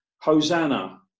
Hosanna